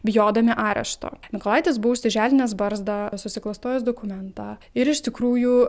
bijodami arešto mykolaitis buvo užsiželdinęs barzdą susiklastojęs dokumentą ir iš tikrųjų